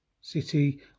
City